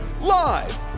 Live